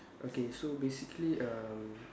okay so basically um